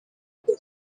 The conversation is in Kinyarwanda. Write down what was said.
rwo